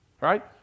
right